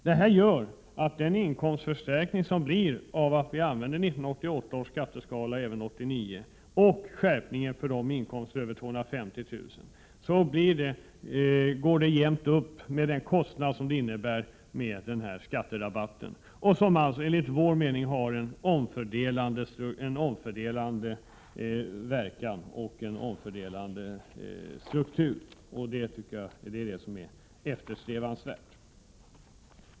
Detta gör att den inkomstförstärkning som sker genom att vi använder 1988 års skatteskala även år 1989, och genom den skatteskärpning för dem med inkomster över 250 000 kr. som skall införas, leder till att det går jämnt upp med den kostnad som den här skatterabatten innebär. Denna har en omfördelande verkan, vilket jag tycker är eftersträvansvärt.